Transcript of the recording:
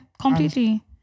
Completely